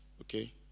Okay